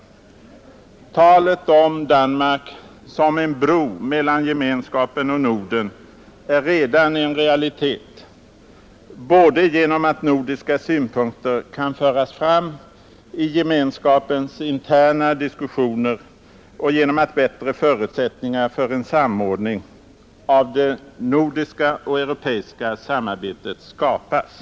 Talet om Danmark som en bro mellan EEC och Norden är redan en realitet — både genom att nordiska synpunkter kan föras fram i gemenskapens interna diskussioner och genom att bättre Nr 138 förutsättningar för en samordning av det nordiska och det europeiska Tisdagen den samarbetet skapas.